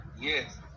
yes